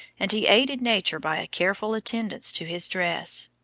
and he aided nature by a careful attendance to his dress.